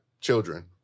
children